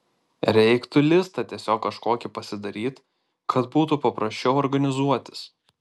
reiktų listą tiesiog kažkokį pasidaryt kad būtų paprasčiau organizuotis